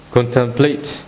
Contemplate